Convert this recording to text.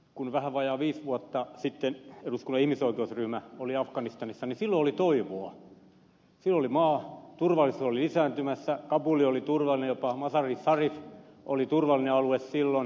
kun vähän vajaa viisi vuotta sitten eduskunnan ihmisoikeusryhmä oli afganistanissa niin silloin oli toivoa maassa turvallisuus oli lisääntymässä kabul oli turvallinen jopa mazar i sharif oli turvallinen alue silloin